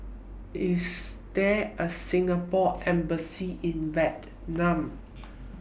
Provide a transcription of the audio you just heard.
IS There A Singapore Embassy in Vietnam